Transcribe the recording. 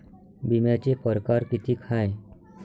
बिम्याचे परकार कितीक हाय?